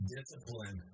Discipline